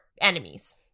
enemies